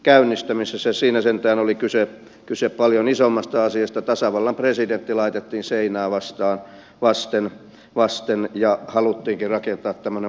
siinä sentään oli kyse paljon isommasta asiasta tasavallan presidentti laitettiin seinää vasten ja haluttiinkin rakentaa tämmöinen mahdollisimman ikävä asetelma